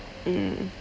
mm